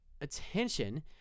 attention